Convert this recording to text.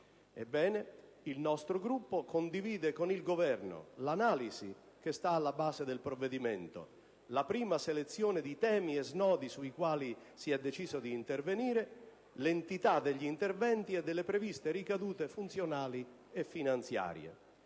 Ebbene, il nostro Gruppo condivide con il Governo l'analisi che sta alla base del provvedimento, la prima selezione di temi e snodi sui quali si è deciso di intervenire, l'entità degli interventi e delle previste ricadute funzionali e finanziarie.